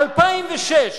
2006,